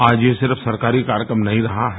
आज ये सिर्फ सरकारी कार्यक्रम नहीं रहा है